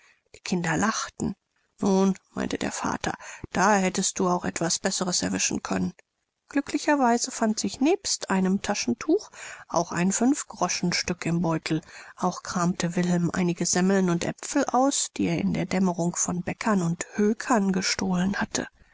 die kinder lachten nun meinte der vater da hättest du auch etwas besseres erwischen können glücklicherweise fand sich nebst einem taschentuch auch ein fünfgroschenstück im beutel auch kramte wilhelm einige semmeln und aepfel aus die er in der dämmerung von bäckern und höckern gestohlen hatte